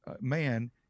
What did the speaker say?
man